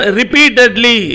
repeatedly